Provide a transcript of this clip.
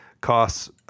costs